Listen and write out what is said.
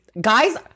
guys